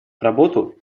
работу